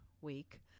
week